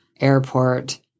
airport